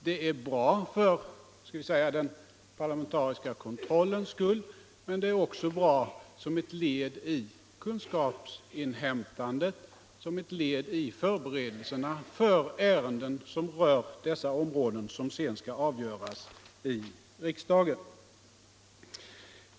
Det är bra för den parlamentariska kontrollens skull men även såsom ett led i kunskapsinhämtandet och såsom ett led i förberedelserna för de ärenden på berörda områden som sedan skall avgöras av riksdagen.